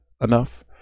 enough